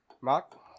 Mark